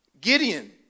Gideon